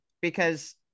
because-